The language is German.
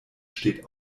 steht